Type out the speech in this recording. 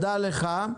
תודה רבה.